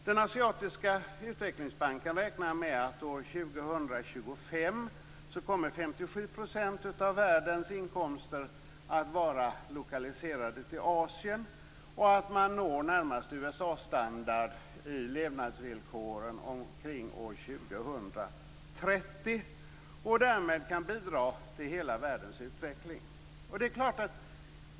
Den asiatiska utvecklingsbanken räknar med att år 2025 kommer 57 % av världens inkomster att vara lokaliserade till Asien, att man når närmast USA standard i levnadsvillkoren omkring år 2030 och därmed kan bidra till hela världens utveckling.